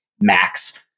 max